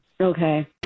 Okay